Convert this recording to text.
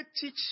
teach